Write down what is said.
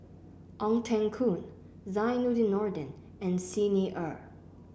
Ong Teng Koon Zainudin Nordin and Xi Ni Er